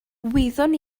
wyddwn